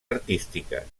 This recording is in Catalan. artístiques